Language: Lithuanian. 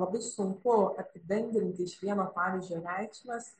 labai sunku apibendrinti iš vieno pavyzdžio reikšmes